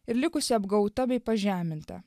ir likusi apgauta bei pažeminta